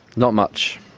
not much.